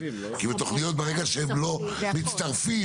כי בתוכניות ברגע שהם לא מצטרפים,